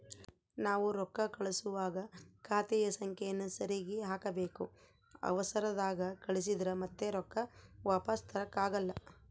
ನಾವು ರೊಕ್ಕ ಕಳುಸುವಾಗ ಖಾತೆಯ ಸಂಖ್ಯೆಯನ್ನ ಸರಿಗಿ ಹಾಕಬೇಕು, ಅವರ್ಸದಾಗ ಕಳಿಸಿದ್ರ ಮತ್ತೆ ರೊಕ್ಕ ವಾಪಸ್ಸು ತರಕಾಗಲ್ಲ